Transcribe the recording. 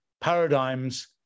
paradigms